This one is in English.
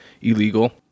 illegal